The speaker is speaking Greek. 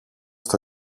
στο